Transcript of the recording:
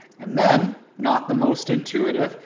and then, not the most intuitive,